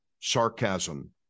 sarcasm